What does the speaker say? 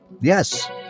Yes